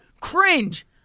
Cringe